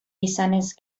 izanez